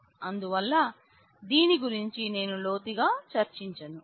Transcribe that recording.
అందువల్ల దీని గురించి నేను లోతుగా చర్చించను